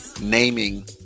naming